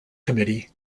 committee